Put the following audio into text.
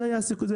זה היה התקצוב.